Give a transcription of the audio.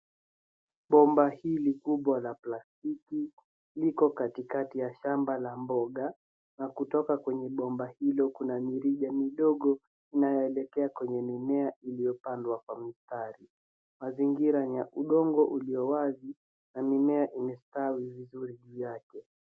Bomba hili kubwa la plastiki liko katikati ya shamba ya mboga na kutoka kwenye bomba hilo kuna mifereji midogo inayoelekea kwenye mimea iliyopandwa kwa . mistari. Mazingira ni ya ugongo ulio wazi na mimea imestawi vizuri juu yake.